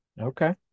okay